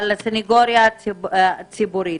הסניגוריה הציבורית,